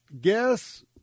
Guess